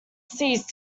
cease